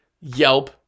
Yelp